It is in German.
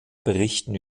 berichten